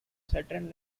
saturn